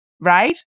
right